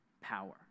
power